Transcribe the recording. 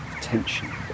tension